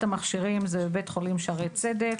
המכשירים היא בבית חולים שערי צדק,